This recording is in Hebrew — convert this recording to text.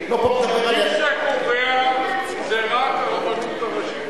--- מי שקובע זה רק הרבנות הראשית?